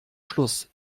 schluss